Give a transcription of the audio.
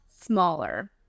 smaller